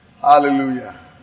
Hallelujah